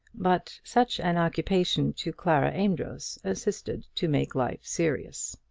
but such an occupation to clara amedroz assisted to make life serious.